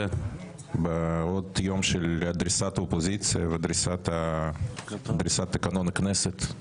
עוד יום של דריסת אופוזיציה ודריסת תקנון הכנסת.